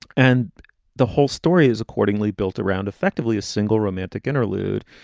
and the whole story is accordingly built around effectively a single romantic interlude.